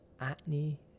acne